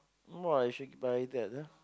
oh I should buy that ah